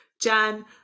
Jan